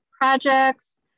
projects